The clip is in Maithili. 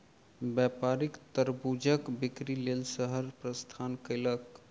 व्यापारी तरबूजक बिक्री लेल शहर प्रस्थान कयलक